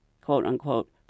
quote-unquote